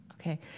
okay